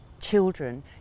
children